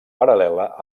paral·lela